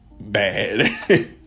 Bad